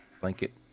blanket